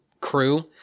crew